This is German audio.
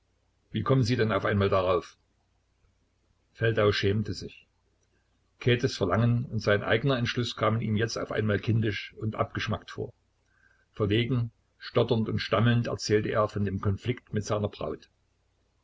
wie kommen sie denn auf einmal darauf feldau schämte sich käthes verlangen und sein eigener entschluß kamen ihm jetzt auf einmal kindisch und abgeschmackt vor verlegen stotternd und stammelnd erzählte er von dem konflikt mit seiner braut